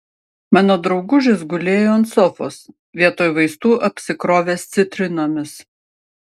mano draugužis gulėjo ant sofos vietoj vaistų apsikrovęs citrinomis